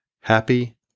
Happy